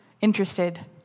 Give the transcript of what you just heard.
interested